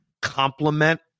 complement